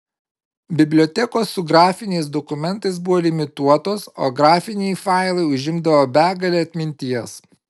bibliotekos su grafiniais dokumentais buvo limituotos o grafiniai failai užimdavo begalę atminties